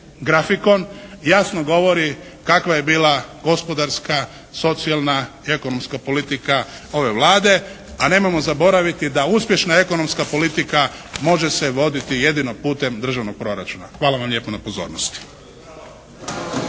grafikon jasno govori kakva je bila gospodarska, socijalna i ekonomska politika ove Vlade, a nemojmo zaboraviti da uspješna ekonomska politika može se voditi jedino putem državnog proračuna. Hvala vam lijepo na pozornosti.